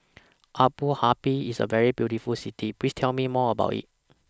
Abu Dhabi IS A very beautiful City Please Tell Me More about IT